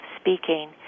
speaking